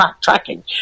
tracking